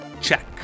Check